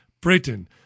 Britain